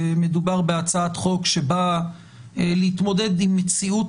מדובר בהצעת חוק שבאה להתמודד עם מציאות